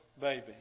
baby